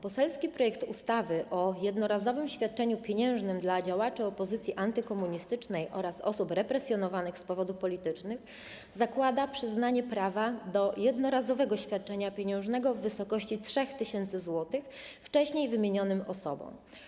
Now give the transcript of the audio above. Poselski projekt ustawy o jednorazowym świadczeniu pieniężnym dla działaczy opozycji antykomunistycznej oraz osób represjonowanych z powodów politycznych zakłada przyznanie prawa do jednorazowego świadczenia pieniężnego w wysokości 3 tys. zł wcześniej wymienionym osobom.